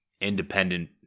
independent